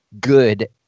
good